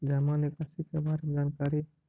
जामा निकासी के बारे में जानकारी?